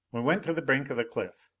we went to the brink of the cliff.